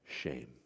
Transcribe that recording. shame